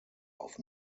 auf